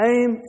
Aim